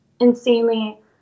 insanely